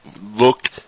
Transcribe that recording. look